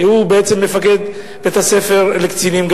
שהוא בעצם גם מפקד בית-הספר לקצינים.